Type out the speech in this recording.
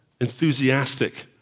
Enthusiastic